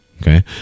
Okay